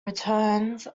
returns